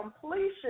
completion